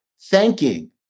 thanking